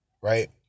right